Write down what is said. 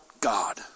God